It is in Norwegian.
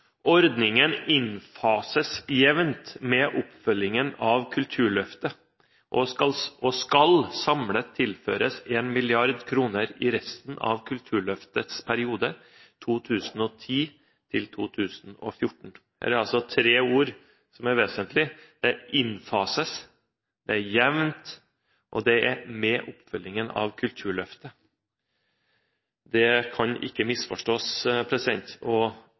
innfases jevnt med oppfølgingen av kulturløftet og skal samlet tilføres en milliard kroner i resten av kulturløftets periode 2010-2014.» Her er det altså tre ting som er vesentlige. Det er «innfases». Det er «jevnt», og det er «med oppfølgingen av kulturløftet». Det kan ikke misforstås; det er et løftebrudd, og